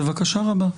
בבקשה רבה.